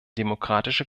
demokratische